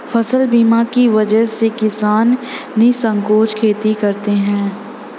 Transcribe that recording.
फसल बीमा की वजह से किसान निःसंकोच खेती करते हैं